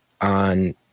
on